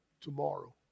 tomorrow